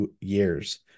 years